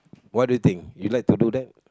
what do you think you like to do that